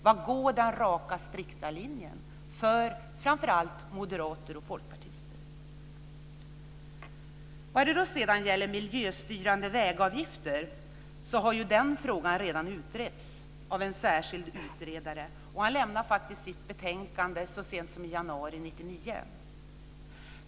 Var går den raka, strikta linjen för framför allt moderater och folkpartister? När det sedan gäller miljöstyrande vägavgifter har den frågan redan utretts av en särskild utredare. Han lämnade sitt betänkande så sent som i januari 1999.